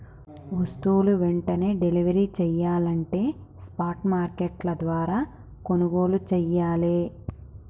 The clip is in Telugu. వస్తువులు వెంటనే డెలివరీ చెయ్యాలంటే స్పాట్ మార్కెట్ల ద్వారా కొనుగోలు చెయ్యాలే